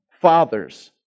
Fathers